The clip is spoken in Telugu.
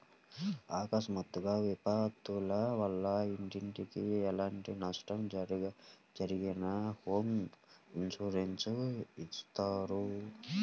అకస్మాత్తుగా విపత్తుల వల్ల ఇంటికి ఎలాంటి నష్టం జరిగినా హోమ్ ఇన్సూరెన్స్ ఇత్తారు